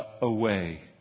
away